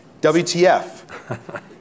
WTF